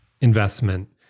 investment